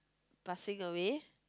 passing away